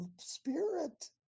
spirit